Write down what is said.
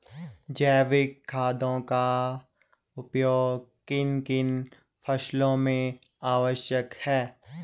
जैविक खादों का उपयोग किन किन फसलों में आवश्यक है?